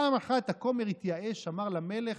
פעם אחת הכומר התייאש, אמר למלך,